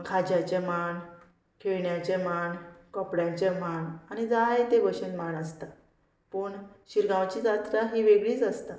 खाज्याचें मांड खेळण्याचें मांड कपड्यांचें मांड आनी जायते भशेन मांड आसता पूण शिरगांवची जात्रा ही वेगळीच आसता